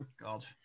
God